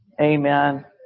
Amen